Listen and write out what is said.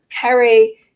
carry